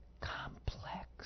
complex